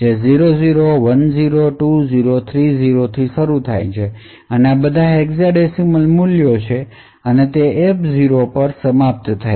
જે 00 10 20 30 થી શરૂ થાય છે આ બધા હેક્સાડેસિમલ મૂલ્યો છે અને તે F0 પર સમાપ્ત થાય છે